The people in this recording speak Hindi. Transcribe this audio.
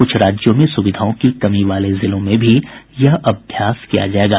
कुछ राज्यों में सुविधाओं की कमी वाले जिलों में भी यह अभ्यास किया जाएगा